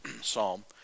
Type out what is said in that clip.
Psalm